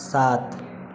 सात